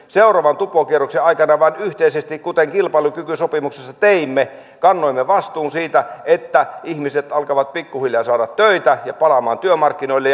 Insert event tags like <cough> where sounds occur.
seuraavan tupokierroksen aikana vaan yhteisesti kuten kilpailukykysopimuksessa teimme kannamme vastuun siitä että ihmiset alkavat pikkuhiljaa saada töitä ja palata työmarkkinoille <unintelligible>